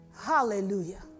hallelujah